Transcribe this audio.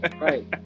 Right